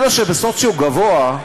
אלה שבסוציו גבוה,